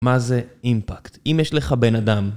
מה זה אימפקט, אם יש לך בן אדם